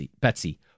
Betsy